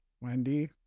Wendy